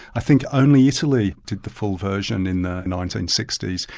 i think only italy did the full version in the nineteen sixty s,